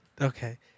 Okay